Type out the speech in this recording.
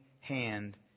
hand